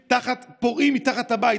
פורעים מתחת לבית,